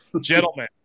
Gentlemen